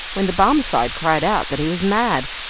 when the barmecide cried out that he was mad,